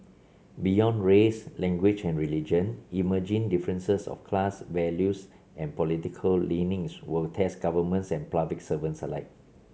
beyond race language and religion emerging differences of class values and political leanings will test governments and public servants alike